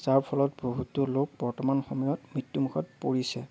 যাৰ ফলত বহুতো লোক বৰ্তমান সময়ত মৃত্যুমুখত পৰিছে